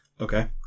okay